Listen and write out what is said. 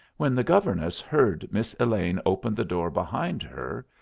when the governess heard miss elaine open the door behind her,